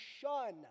shun